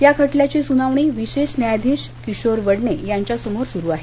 या खटल्याची सुनावणी विशेष न्यायाधीश किशोर वडणे यांच्या समोर सुरू आहे